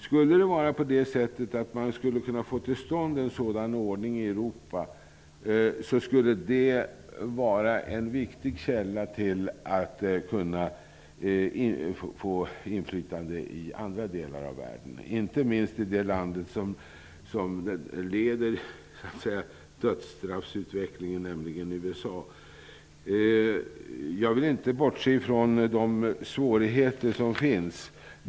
Om det gick att få till stånd en sådan ordning i Europa, skulle det vara en viktig källa när det gäller möjligheterna att få inflytande i andra delar av världen -- inte minst i det land som väl leder, skulle jag vilja säga, dödsstraffsutvecklingen, nämligen Jag vill inte bortse från de svårigheter som finns.